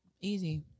easy